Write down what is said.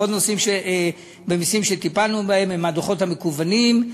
עוד נושאים במסים שטיפלנו בהם הם הדוחות המקוונים,